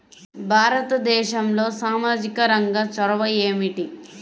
భారతదేశంలో సామాజిక రంగ చొరవ ఏమిటి?